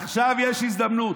עכשיו יש הזדמנות.